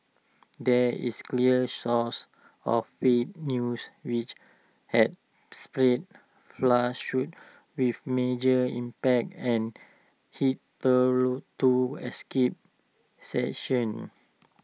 there is clear source of fake news' which has spread with major impact and escaped